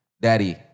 daddy